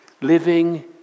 living